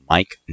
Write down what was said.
Mike